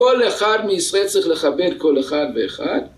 ‫כל אחד מישראל צריך ‫לחבר כל אחד ואחד.